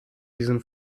diesen